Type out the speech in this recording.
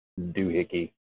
doohickey